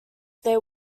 they